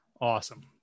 awesome